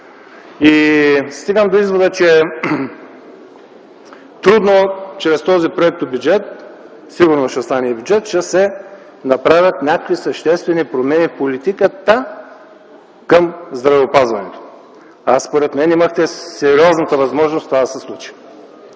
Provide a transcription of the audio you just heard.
Стигам до извода, че трудно чрез този проектобюджет – сигурно ще стане и бюджет – ще се направят някакви съществени промени в политиката към здравеопазване. Според мен имахте сериозната възможност това да се случи.